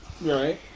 Right